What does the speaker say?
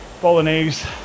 Bolognese